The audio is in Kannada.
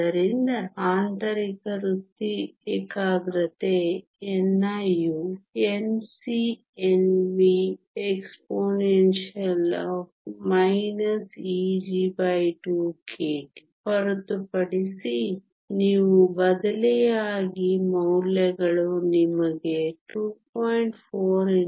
ಆದ್ದರಿಂದ ಆಂತರಿಕ ವೃತ್ತಿ ಏಕಾಗ್ರತೆ ni ಯು Nc Nv exp Eg2kT ಹೊರತುಪಡಿಸಿ ನೀವು ಬದಲಿಯಾಗಿ ಮೌಲ್ಯಗಳು ನಿಮಗೆ 2